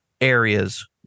areas